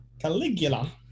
Caligula